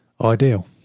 ideal